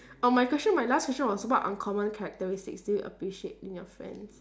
oh my question my last question was what uncommon characteristics do you appreciate in your friends